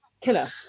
killer